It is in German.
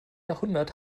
jahrhundert